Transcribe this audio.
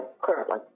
currently